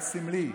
זה רק סמלי.